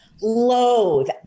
loathe